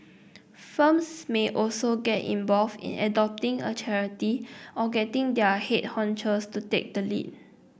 firms may also get involved in adopting a charity or getting their head honchos to take the lead